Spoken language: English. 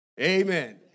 Amen